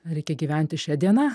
reikia gyventi šia diena